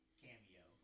cameo